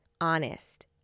honest